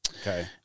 Okay